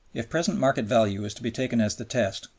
if present market value is to be taken as the test,